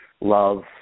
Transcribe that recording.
love